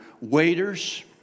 waiters